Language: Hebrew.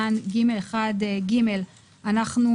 ואז אנחנו